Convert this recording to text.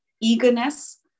eagerness